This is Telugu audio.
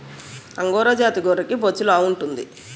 అంగోరా జాతి గొర్రెకి బొచ్చు లావుంటాది